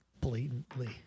blatantly